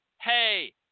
Hey